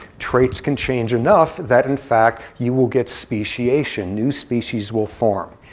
traits can change enough that, in fact, you will get speciation. new species will form.